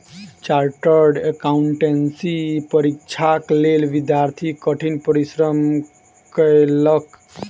chartered accountancy परीक्षाक लेल विद्यार्थी कठिन परिश्रम कएलक